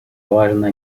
важно